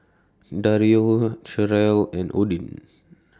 Dario Cherrelle and Odin